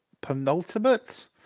penultimate